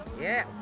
yeah.